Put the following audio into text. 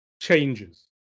changes